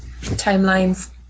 Timelines